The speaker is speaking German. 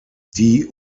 die